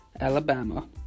Alabama